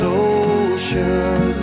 ocean